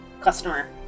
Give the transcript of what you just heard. customer